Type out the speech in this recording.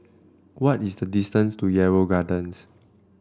what is the distance to Yarrow Gardens